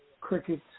cricket